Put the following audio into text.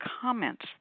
comments